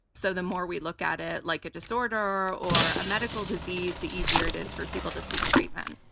so the more we look at it like a disorder or a medical disease, the easier it is for people to seek treatment,